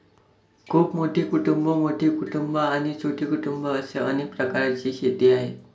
खूप मोठी कुटुंबं, मोठी कुटुंबं आणि छोटी कुटुंबं असे अनेक प्रकारची शेती आहे